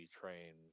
train